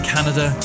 Canada